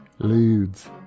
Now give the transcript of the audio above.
Ludes